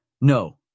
No